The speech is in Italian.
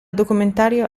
documentario